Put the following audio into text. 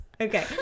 Okay